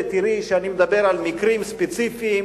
ותראי שאני מדבר על מקרים ספציפיים,